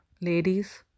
Ladies